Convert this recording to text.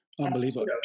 Unbelievable